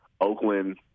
Oakland